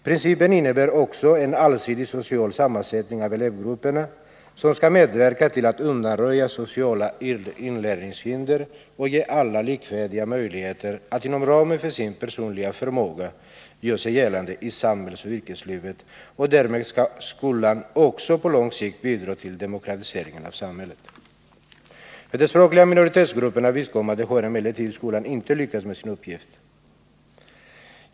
Principen innebär också en allsidig social sammansättning av elevgrupperna, som skall medverka till att undanröja sociala inlärningshinder och ge alla likvärdiga möjligheter att inom ramen för sin personliga förmåga göra sig gällande i samhällsoch yrkeslivet, och därmed skall skolan också på lång sikt bidra till demokratiseringen av samhället. För de språkliga minoritetsgruppernas vidkommande har emellertid inte skolan lyckats med sin uppgift.